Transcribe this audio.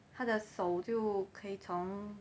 他的手就可以从